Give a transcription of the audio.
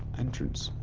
entrance